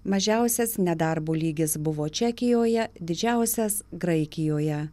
mažiausias nedarbo lygis buvo čekijoje didžiausias graikijoje